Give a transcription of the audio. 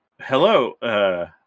Hello